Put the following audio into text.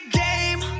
game